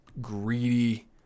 greedy